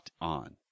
on